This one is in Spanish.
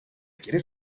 quieres